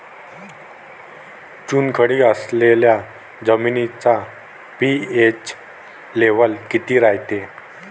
चुनखडी असलेल्या जमिनीचा पी.एच लेव्हल किती रायते?